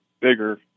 bigger